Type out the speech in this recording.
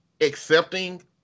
accepting